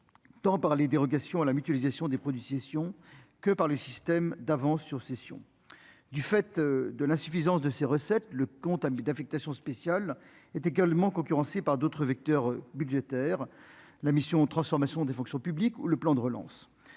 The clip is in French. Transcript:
tant par les dérogations à la mutualisation des produits que par le système d'avance sur cession du fait de l'insuffisance de ses recettes, le compte à midi d'affectation spéciale est également concurrencé par d'autres vecteurs budgétaire la mission transformation des fonctions publiques ou le plan de relance,